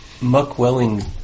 muck-welling